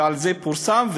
זה פורסם,